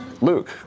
Luke